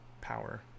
power